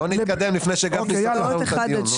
בואו נתקדם, לפני שגפני סוגר לנו את הדיון.